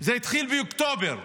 זה התחיל באוקטובר,